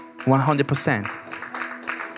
100%